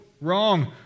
wrong